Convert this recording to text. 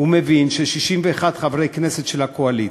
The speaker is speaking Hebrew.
מבין ש-61 חברי כנסת של הקואליציה,